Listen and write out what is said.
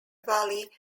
valley